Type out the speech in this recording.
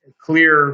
clear